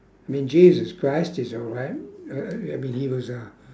I mean jesus christ is alright uh I I mean he was a